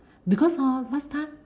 because hor last time